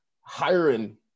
hiring